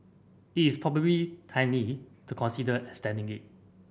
it is probably timely to consider extending it